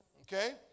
Okay